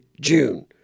June